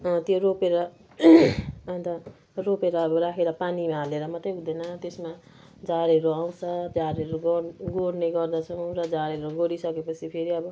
त्यो रोपेर अनि त रोपेर अब राखेर पानीमा हालेर मात्रै हुँदैन त्यसमा झारहरू आउँछ झारहरू गोड् गोड्ने गर्दछौँ र झारहरू गोडिसकेपछि फेरि अब